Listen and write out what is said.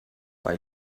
bei